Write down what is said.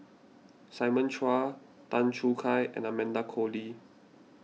Simon Chua Tan Choo Kai and Amanda Koe Lee